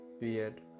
weird